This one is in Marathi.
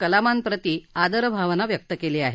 कलामांप्रती आदरभावना व्यक्त केली आहे